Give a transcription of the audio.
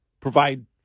provide